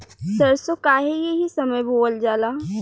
सरसो काहे एही समय बोवल जाला?